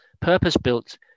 purpose-built